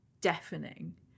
deafening